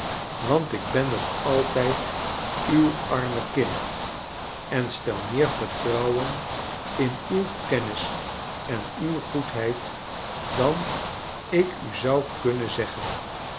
want ik ben nog altijd uw arm kind en stel meer vertrouwen in uw kennis en uw goedheid dan ik u zou kunnen zeggen